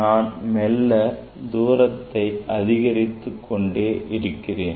நான் மெல்ல தூரத்தை அதிகரித்துக் கொண்டே இருக்கிறேன்